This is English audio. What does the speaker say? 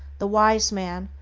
the wise man,